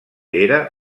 era